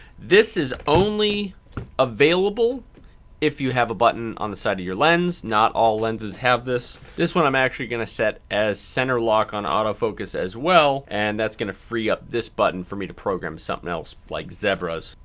this is only available if you have a button on the side of your lens. not all lenses have this. this one i'm actually going to set as center lock on auto focus as well. and, that's gonna free up this button for me to program something else like zebras.